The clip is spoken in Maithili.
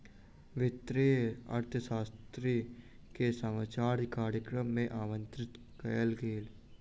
वित्तीय अर्थशास्त्री के समाचार कार्यक्रम में आमंत्रित कयल गेल